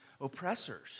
oppressors